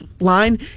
line